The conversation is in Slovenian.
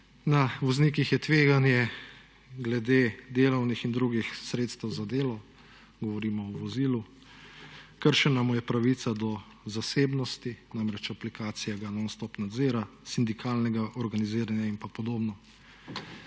Na voznikih je tveganje glede delovnih in drugih sredstev za delo, govorimo o vozilu. Kršena mu je pravica do zasebnosti, namreč aplikacija ga non stop nadzira, sindikalnega organiziranja in pa podobno.